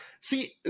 See